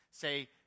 say